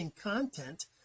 content